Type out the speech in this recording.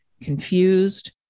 confused